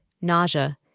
nausea